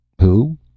Who